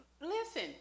listen